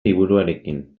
liburuarekin